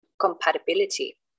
compatibility